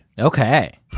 Okay